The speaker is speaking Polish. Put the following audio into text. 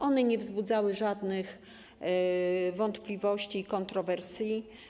One nie wzbudzały żadnych wątpliwości i kontrowersji.